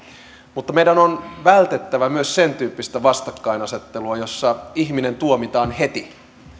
mutta meidän on vältettävä myös sentyyppistä vastakkainasettelua jossa ihminen tuomitaan heti